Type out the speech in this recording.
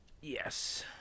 Yes